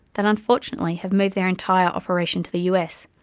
that unfortunately have moved their entire operation to the us,